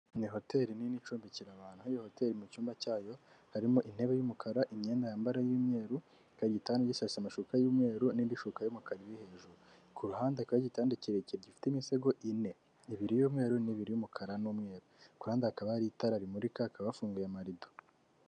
Ni Hoteli nini icumbikira abantu, aho iyo Hoteli mu cyumba cyayo harimo: intebe y'umukara, imyenda yambara y'imyeru, ikagira igitanda gisashe amashuka y'umweru n'indi shuka y'umukara iri hejuru. Kuruhande hakaba hari igitanda kirekire gifite imisego ine: ibiri y'umweru n'ibiri y'umukara n'umweru. Kuruhande hakaba hari itara rimurika, hakaba hafunguye amarido.